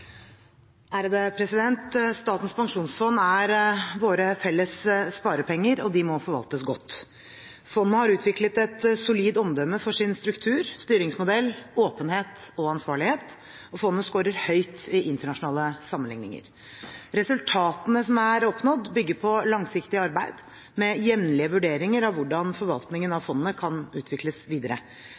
i framtida. Statens pensjonsfond er våre felles sparepenger, og de må forvaltes godt. Fondet har utviklet et solid omdømme for sin struktur, styringsmodell, åpenhet og ansvarlighet, og fondet skårer høyt i internasjonale sammenligninger. Resultatene som er oppnådd, bygger på langsiktig arbeid med jevnlige vurderinger av hvordan forvaltningen av fondet kan utvikles videre,